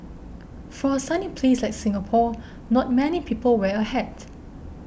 for a sunny place like Singapore not many people wear a hat